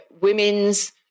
women's